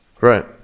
Right